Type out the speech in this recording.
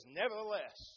nevertheless